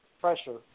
pressure